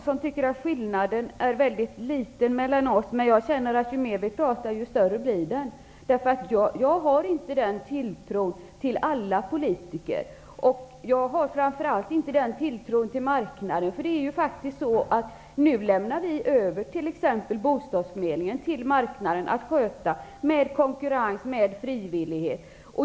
Herr talman! Agne Hansson tycker att skillnaden mellan oss är väldigt liten. Men jag känner att den blir större ju mer vi pratar. Jag har inte den tilltron till alla politiker. Framför allt har jag inte den tilltron till marknaden. Nu lämnar vi över t.ex. bostadsförmedlingen till marknaden att sköta, med konkurrens och frivillighet.